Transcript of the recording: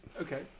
Okay